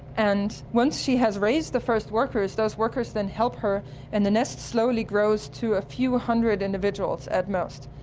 and once she has raised the first workers those workers then help her and the nest slowly grows to a few hundred individuals at most.